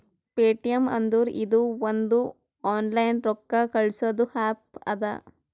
Paytm ಅಂದುರ್ ಇದು ಒಂದು ಆನ್ಲೈನ್ ರೊಕ್ಕಾ ಕಳ್ಸದು ಆ್ಯಪ್ ಅದಾ